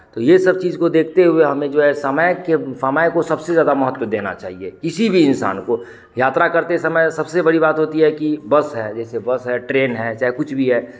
तो ये सब चीज़ को देखते हुए हमें जो है समय के समय को सबसे ज़्यादा महत्व देना चाहिए किसी भी इंसान को यात्रा करते समय सबसे बड़ी बात होती है कि बस है जैसे बस है ट्रेन है चाहे कुछ भी है